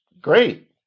great